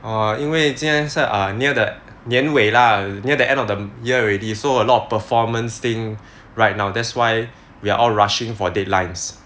err 因为今天是 uh near that 年尾 lah near the end of the year already so a lot of performance thing right now that's why we're all rushing for deadlines